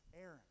Aaron